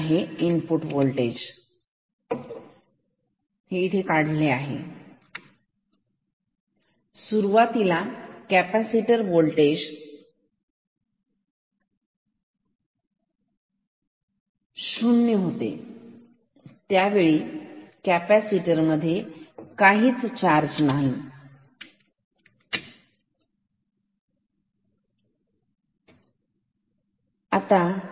तर हे आहे Vi तिथे काढले आहे सुरुवातीला VC हे 0 होता त्यावेळी कॅपॅसिटर मध्ये काही चार्ज नव्हता